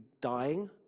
dying